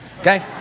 okay